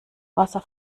wasser